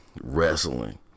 wrestling